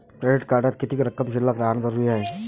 Credit कार्डात किती रक्कम शिल्लक राहानं जरुरी हाय?